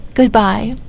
Goodbye